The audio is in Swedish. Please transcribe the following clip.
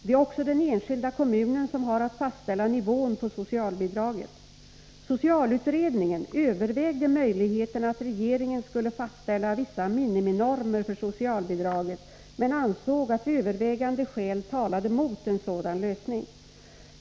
Det är också den enskilda kommunen som har att fastställa nivån på socialbidraget. Socialutredningen övervägde möjligheten att regeringen skulle fastställa vissa miniminormer för socialbidraget, men ansåg att övervägande skäl talade mot en sådan lösning.